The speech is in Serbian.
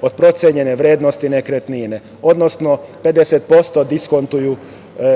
od procenjene vrednosti nekretnine, odnosno 50% diskontuju